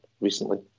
recently